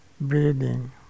breathing